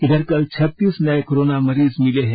इधर कल छत्तीस नये कोरोना मरीज मिले हैं